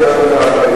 נשיאות הכנסת מאשרת,